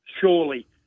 surely